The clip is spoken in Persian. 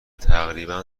تقریبا